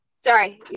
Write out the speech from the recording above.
Sorry